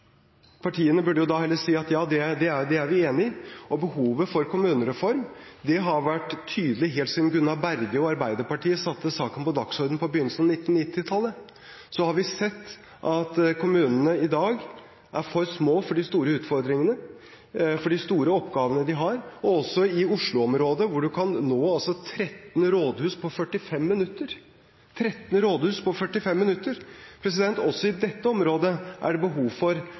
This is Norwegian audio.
Partiene burde da heller si at det er de enige i. Behovet for kommunereform har vært tydelig helt siden Gunnar Berge og Arbeiderpartiet satte saken på dagsordenen på begynnelsen av 1990-tallet. Så har vi sett at kommunene i dag er for små for de store utfordringene, for de store oppgavene de har. Også i Oslo-området, hvor man kan nå 13 rådhus på 45 minutter – 13 rådhus på 45 minutter – er det behov for å se på større kommuner for